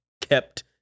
kept